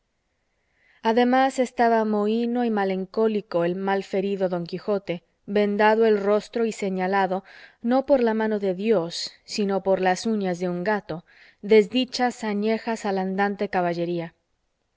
además estaba mohíno y malencólico el mal ferido don quijote vendado el rostro y señalado no por la mano de dios sino por las uñas de un gato desdichas anejas a la andante caballería